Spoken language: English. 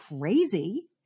crazy